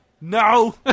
No